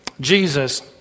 Jesus